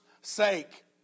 sake